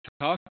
talk